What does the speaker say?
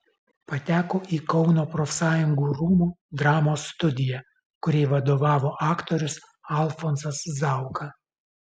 pateko į kauno profsąjungų rūmų dramos studiją kuriai vadovavo aktorius alfonsas zauka